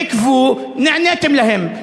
עיכבו, נעניתם להם.